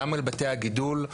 גם על בתי הגידול,